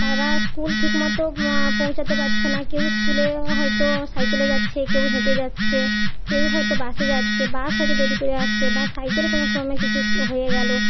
তারা স্কুল ঠিকমতো পৌঁছাতে পাচ্ছে না কেউ স্কুলে হয়তো সাইকেলে যাচ্ছে কেউ হেঁটে যাচ্ছে কেউ হয়তো বাসে যাচ্ছে বাস হয়তো দেরি করে আসছে বা সাইকেল কোনো ক্রমে কিছু হয়ে গেলো